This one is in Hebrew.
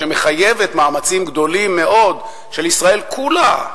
שמחייבת מאמצים גדולים מאוד של ישראל כולה,